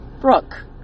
Brooke